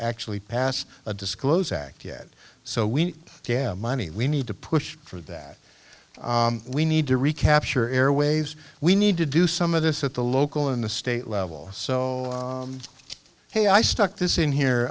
actually pass a disclose act yet so we get money we need to push for that we need to recapture airwaves we need to do some of this at the local in the state level so hey i stuck this in here